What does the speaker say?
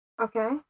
Okay